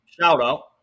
shout-out